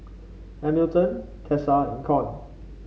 Hamilton Tessa and Con